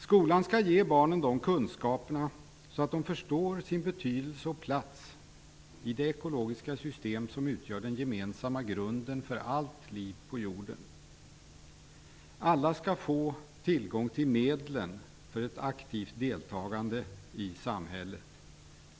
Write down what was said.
Skolan skall ge barnen kunskaper så att de förstår sin betydelse för och plats i det ekologiska system som utgör den gemensamma grunden för allt liv på jorden. Alla skall få tillgång till medlen för ett aktivt deltagande i samhället.